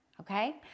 Okay